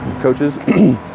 coaches